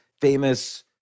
famous